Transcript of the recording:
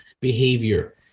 behavior